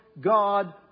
God